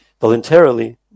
voluntarily